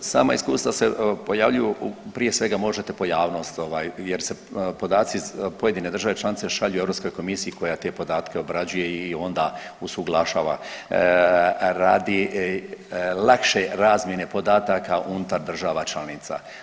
Sama iskustva se pojavljuju prije svega možete pojavnost, jer se podaci iz pojedine države članice šalju Europskoj komisiji koja te podatke obrađuje i onda usuglašava radi lakše razmjene podataka unutar država članica.